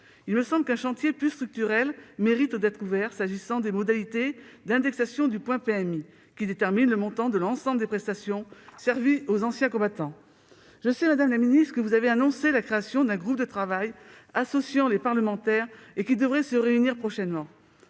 Il me semble qu'un chantier plus structurel mérite d'être ouvert, s'agissant des modalités d'indexation du point de PMI, qui détermine le montant de l'ensemble des prestations servies aux anciens combattants. Je sais, madame la ministre, que vous avez annoncé la création d'un groupe de travail associant des parlementaires et qui devrait se réunir prochainement.